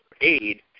aid